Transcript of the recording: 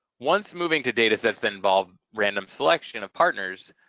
once moving to datasets that involve random selection of partners,